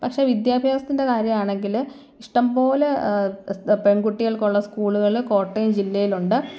പക്ഷേ വിദ്യാഭ്യാസത്തിൻ്റെ കാര്യമാണെങ്കിൽ ഇഷ്ടം പോലെ പെൺകുട്ടികൾക്കുള്ള സ്കൂളുകൾ കോട്ടയം ജില്ലയിലുണ്ട്